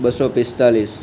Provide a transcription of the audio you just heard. બસો પિસ્તાળીસ